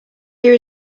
here